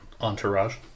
entourage